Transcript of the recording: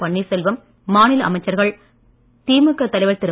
பன்னீர்செல்வம் மாநில அமைச்சர்கள் திமுக தலைவர் திரு